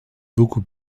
beaucoup